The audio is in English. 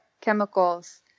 chemicals